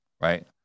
right